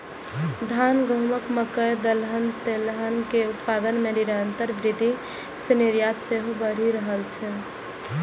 धान, गहूम, मकइ, दलहन, तेलहन के उत्पादन मे निरंतर वृद्धि सं निर्यात सेहो बढ़ि रहल छै